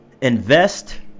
Invest